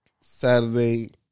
Saturday